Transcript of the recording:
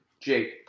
Jake